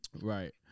Right